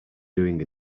doing